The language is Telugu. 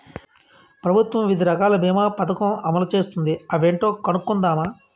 ప్రభుత్వం వివిధ రకాల బీమా పదకం అమలు చేస్తోంది అవేంటో కనుక్కుందామా?